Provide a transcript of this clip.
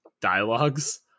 dialogues